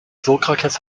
sokrates